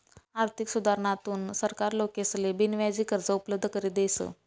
आर्थिक सुधारणाथून सरकार लोकेसले बिनव्याजी कर्ज उपलब्ध करी देस